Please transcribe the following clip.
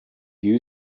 you